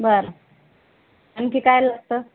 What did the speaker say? बरं आणखी काय लागतं